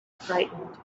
frightened